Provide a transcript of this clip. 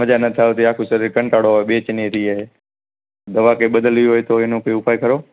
મજા નથી આવતી આખું શરીર કંટાળો આવે બેચેની રહે દવા કોઈ બદલવી હોય તો એનો કાઈ ઉપાય ખરો